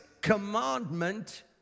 commandment